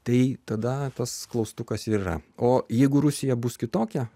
tai tada tas klaustukas yra o jeigu rusija bus kitokia